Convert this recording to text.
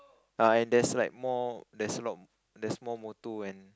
ah and there's like more there's a lot there's more motor and